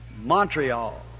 Montreal